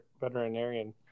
veterinarian